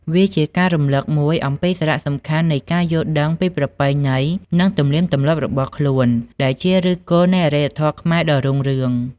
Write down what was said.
វាជាការរំលឹកមួយអំពីសារៈសំខាន់នៃការយល់ដឹងពីប្រពៃណី និងទំនៀមទម្លាប់របស់ខ្លួន ដែលជាឫសគល់នៃអរិយធម៌ខ្មែរដ៏រុងរឿង។